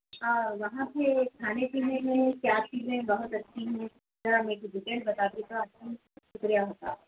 آ وہاں پہ کھانے پینے میں کیا چیزیں بہت اچھی ہیں ذرا مجھے ڈیٹیل بتا دیتا تو شکریہ ہوتا